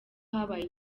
habaye